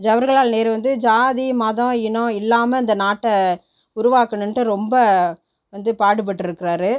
ஜவர்ஹலால் நேரு வந்து ஜாதி மதம் இனம் இல்லாமல் இந்த நாட்டை உருவாக்கணும்ட்டு ரொம்ப வந்து பாடுபட்டிருக்றாரு